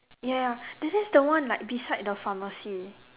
ya this is the one like beside the pharmacy